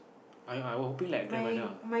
I I I would bring like grandmother